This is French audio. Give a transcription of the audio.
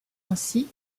ainsi